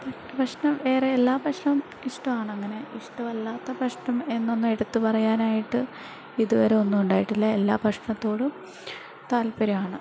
ഭക്ഷണം വേറെ എല്ലാ ഭക്ഷണവും ഇഷ്ടമാണ് അങ്ങനെ ഇഷ്ടമല്ലാത്ത ഭക്ഷണം എന്നൊന്നും എടുത്തുപറയാനായിട്ട് ഇതുവരെ ഒന്നും ഉണ്ടായിട്ടില്ല എല്ലാ ഭക്ഷണത്തോടും താല്പര്യമാണ്